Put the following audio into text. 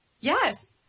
Yes